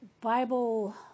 Bible